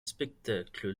spectacle